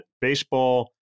baseball